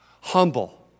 humble